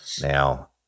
Now